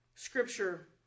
Scripture